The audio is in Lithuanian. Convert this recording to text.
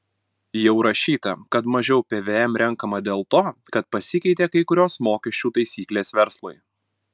jau rašyta kad mažiau pvm renkama dėl to kad pasikeitė kai kurios mokesčių taisyklės verslui